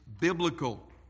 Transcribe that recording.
biblical